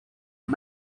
are